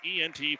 ENT